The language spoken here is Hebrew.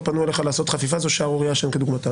פנו אליך לעשות חפיפה זאת שערורייה שאין כדוגמתה,